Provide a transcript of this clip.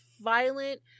violent